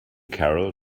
carol